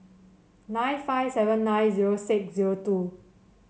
nine five seven nine zero six zero two